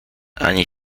ani